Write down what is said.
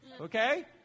Okay